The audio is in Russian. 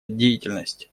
деятельность